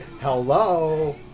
Hello